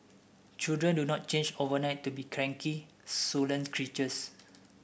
children do not change overnight to be cranky creatures